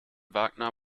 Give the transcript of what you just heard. wagner